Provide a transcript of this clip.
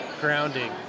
grounding